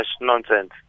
nonsense